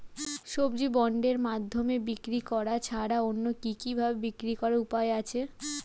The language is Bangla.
সবজি বন্ডের মাধ্যমে বিক্রি করা ছাড়া অন্য কি কি ভাবে বিক্রি করার উপায় আছে?